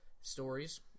stories